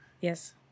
Yes